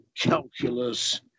calculus